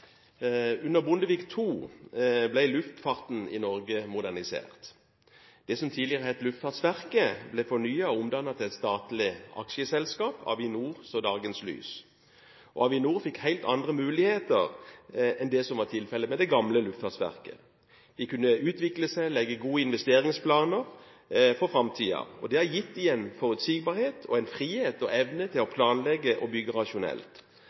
Under Bondevik II ble luftfarten i Norge modernisert. Det som tidligere het Luftfartsverket, ble fornyet og omdannet til et statlig aksjeselskap. Avinor så dagens lys. Avinor fikk helt andre muligheter enn det som var tilfellet i det gamle Luftfartsverket. De kunne utvikle seg, legge gode investeringsplaner for framtiden. Det har gitt dem en forutsigbarhet og en frihet og evne til å planlegge og bygge rasjonelt.